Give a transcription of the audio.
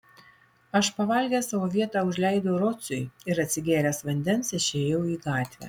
aš pavalgęs savo vietą užleidau rociui ir atsigėręs vandens išėjau į gatvę